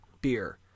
beer